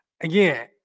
again